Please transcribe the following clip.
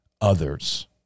others